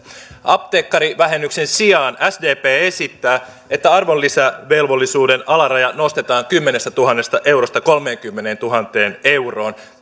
apteekkarivähennyksen sijaan sdp esittää että arvonlisävelvollisuuden alaraja nostetaan kymmenestätuhannesta eurosta kolmeenkymmeneentuhanteen euroon